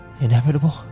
Inevitable